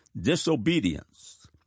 disobedience